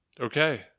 Okay